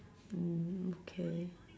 mm okay